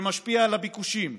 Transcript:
שמשפיע על הביקושים,